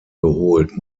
geholt